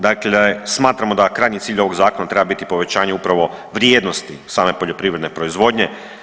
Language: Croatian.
Dakle, smatramo da krajnji cilj ovog zakona treba biti povećanje upravo vrijednosti same poljoprivredne proizvodnje.